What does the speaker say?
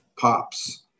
pops